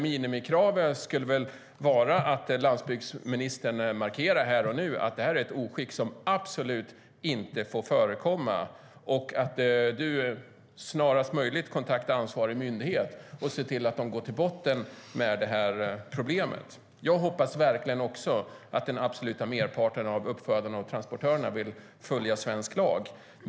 Minimikravet vore väl då att landsbygdsministern här och nu markerade att det är ett oskick som definitivt inte får förekomma och snarast möjligt kontaktade ansvarig myndighet och såg till att de går till botten med problemet. Jag hoppas verkligen också att den absoluta merparten av uppfödarna och transportörerna vill följa svensk lag.